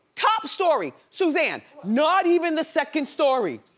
top story! suzanne, not even the second story.